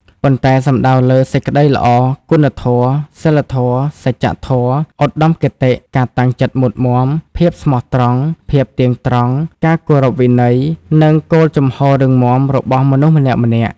ប៉ុន្តែសំដៅលើ សេចក្តីល្អ គុណធម៌ សីលធម៌ សច្ចធម៌ ឧត្តមគតិ ការតាំងចិត្តមុតមាំ ភាពស្មោះត្រង់ ភាពទៀងត្រង់ ការគោរពវិន័យ និងគោលជំហររឹងមាំ របស់មនុស្សម្នាក់ៗ។